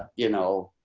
you know,